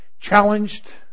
challenged